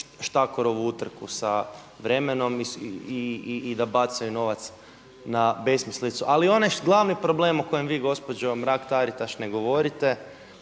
štakorovu utrku sa vremenom i da bacaju novac na besmislicu. Ali onaj glavni problem o kojem vi gospođo Mrak-Taritaš ne govorite